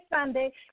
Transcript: Sunday